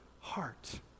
heart